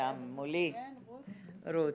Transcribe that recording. ואת